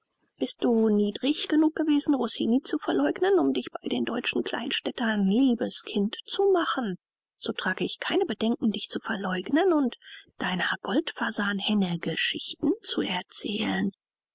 bist du niedrig genug gewesen rossini zu verleugnen um dich bei den deutschen kleinstädtern liebes kind zu machen so trage ich kein bedenken dich zu verleugnen und deiner goldfasanhenne geschichten zu erzählen